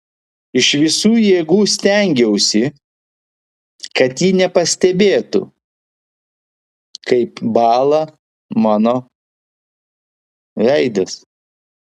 iš visų jėgų stengiausi kad ji nepastebėtų kaip bąla mano veidas